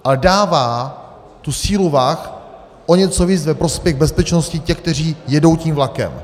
Ale dává tu sílu vah o něco víc ve prospěch bezpečnosti těch, kteří jedou tím vlakem.